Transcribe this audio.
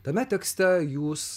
tame tekste jūs